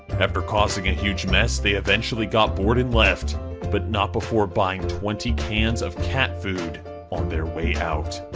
after causing a huge mess they eventually got bored and left but not before buying twenty cans of cat food on their way out!